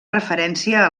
referència